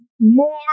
more